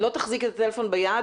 כל הנושא של תיקון פרט רישום אזרחות,